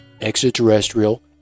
extraterrestrial